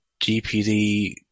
GPD